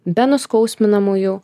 be nuskausminamųjų